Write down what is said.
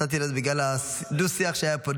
נתתי לו את זה בגלל הדו-שיח שהיה פה.